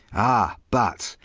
ah, but.